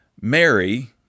Mary